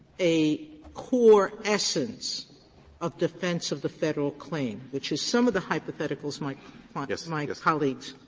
a core essence of defense of the federal claim, which is some of the hypotheticals my my my colleagues